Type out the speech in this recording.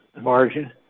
margin